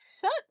shut